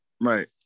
Right